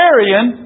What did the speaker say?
Aryan